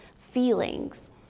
feelings